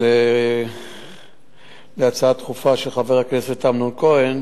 על הצעה דחופה של חבר הכנסת אמנון כהן,